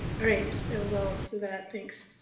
all right that was all for that, thanks.